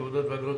תעודות ואגרות)